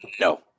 No